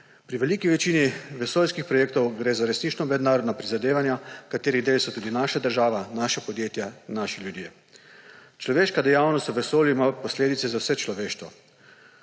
Pri veliki večini vesoljskih projektov gre za resnično mednarodna prizadevanja, katerih del so tudi naša država, naša podjetja in naši ljudje. Človeška dejavnost v vesolju ima posledice za vse človeštvo.